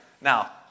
Now